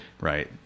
right